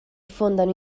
fondano